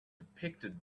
depicted